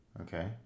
okay